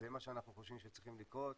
זה מה שאנחנו חושבים שצריך לקרות,